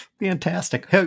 Fantastic